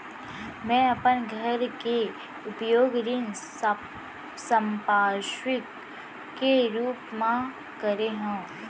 मै अपन घर के उपयोग ऋण संपार्श्विक के रूप मा करे हव